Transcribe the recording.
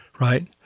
right